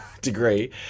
degree